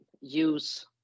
use